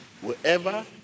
wherever